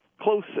close